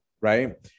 right